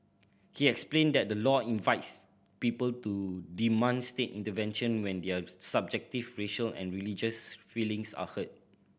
he explained that the law invites people to demand state intervention when their subjective racial and religious feelings are hurt